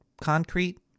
concrete